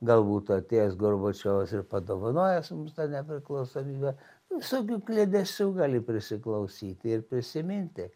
gal būtų atėjęs gorbačiovas ir padovanojęs mums tą nepriklausomybę visokių kliedesių gali prisiklausyti ir prisiminti